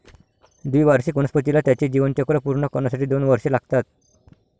द्विवार्षिक वनस्पतीला त्याचे जीवनचक्र पूर्ण करण्यासाठी दोन वर्षे लागतात